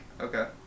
okay